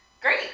great